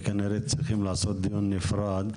כנראה צריכים לעשות דיון נפרד,